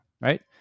right